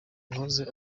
yahoze